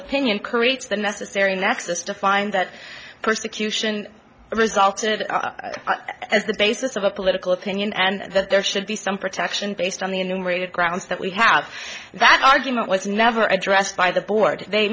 opinion corrientes the necessary nexus to find that persecution resulted as the basis of a political opinion and that there should be some protection based on the integrated grounds that we have that argument was never addressed by the board they